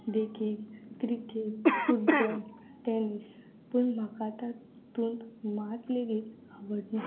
देखीक cricket football tennis पूण म्हाका तर तातूंत मात लेगीत आवडना